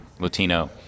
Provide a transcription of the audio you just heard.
Latino